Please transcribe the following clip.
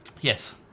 Yes